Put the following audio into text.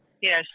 Yes